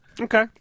okay